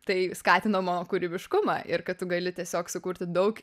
tai skatino mano kūrybiškumą ir kad tu gali tiesiog sukurti daug